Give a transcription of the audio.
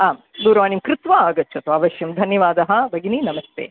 आं दूरवाणीं कृत्वा आगच्छतु अवश्यं धन्यवादः भगिनि नमस्ते